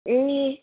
ए